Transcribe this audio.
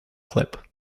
clip